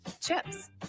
Chips